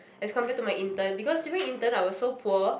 as compared to my intern because during intern I was so poor